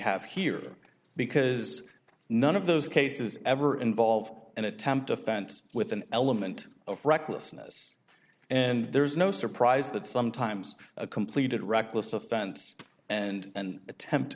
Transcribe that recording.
have here because none of those cases ever involve an attempt offense with an element of recklessness and there's no surprise that sometimes a completed reckless offense and attempt